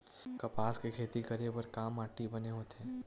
कपास के खेती करे बर का माटी बने होथे?